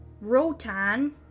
Rotan